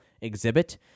exhibit